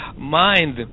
mind